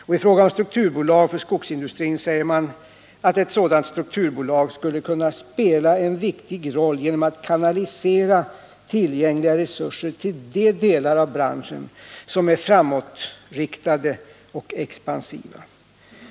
och i fråga om ett strukturbolag för skogsindustrin säger man att ett sådant strukturbolag skulle kunna ”spela en viktig roll genom att kanalisera tillgängliga resurser till de delar av branschen som är framtidsinriktade och expansiva”.